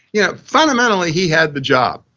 yeah fundamentally he had the job.